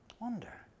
wonder